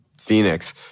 Phoenix